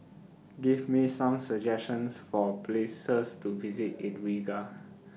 Give Me Some suggestions For Places to visit in Riga